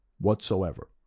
whatsoever